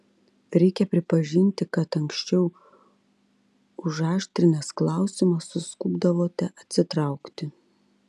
reikia pripažinti kad anksčiau užaštrinęs klausimą suskubdavote atsitraukti